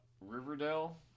Riverdale